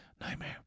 Nightmare